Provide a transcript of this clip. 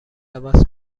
عوض